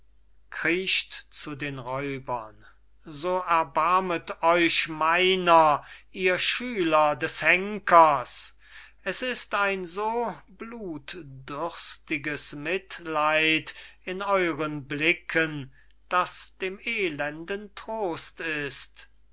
so erbarmet euch meiner ihr schüler des henkers es ist ein so blutdürstiges mitleid in euren blicken das dem elenden trost ist